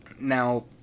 Now